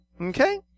Okay